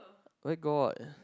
where got